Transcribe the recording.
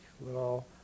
little